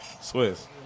Swiss